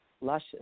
luscious